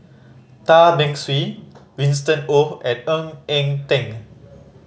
Tan Beng Swee Winston Oh and Ng Eng Teng